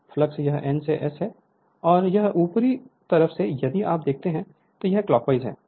flux यह N से S है और यह ऊपरी तरफ है यदि आप देखते हैं कि यह क्लॉकवाइज है